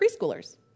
preschoolers